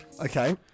Okay